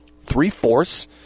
three-fourths